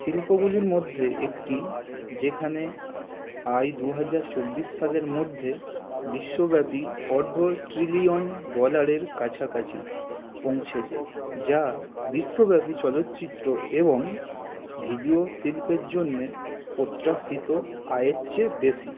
শিল্পগুলির মধ্যে একটি যেখানে আয় দু হাজার চব্বিশ সালের মধ্যে বিশ্বব্যাপী অর্ধ ট্রিলিয়ন ডলারের কাছাকাছি পৌঁছেছে যা বিশ্বব্যাপী চলচ্চিত্র এবং ভিডিও শিল্পের জন্য প্রত্যাশিত আয়ের চেয়ে বেশি